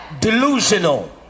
delusional